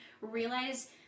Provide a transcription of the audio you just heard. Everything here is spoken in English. realize